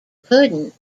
pudding